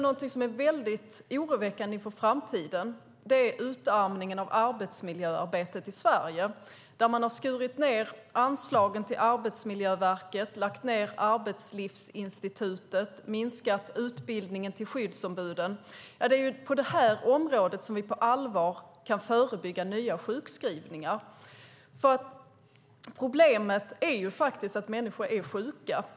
Något som är väldigt oroväckande för framtiden är utarmningen av arbetsmiljöarbetet i Sverige. Man har skurit ned anslagen till Arbetsmiljöverket, lagt ned Arbetslivsinstitutet och minskat utbildningen till skyddsombuden. Det är på detta område som vi på allvar kan förebygga nya sjukskrivningar. Problemet är att människor är sjuka.